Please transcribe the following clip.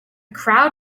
crowd